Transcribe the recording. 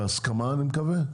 בהסכמה אני מקווה,